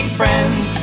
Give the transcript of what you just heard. friends